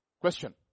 Question